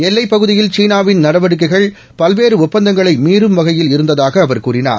எல்லைப்பகுதியில் சீனாவின் நடவடிக்கைகள் பல்வேறு ஒப்பந்தங்களை மீறும் வகையில் இருந்ததாக அவர் கூறினார்